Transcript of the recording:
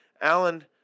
Alan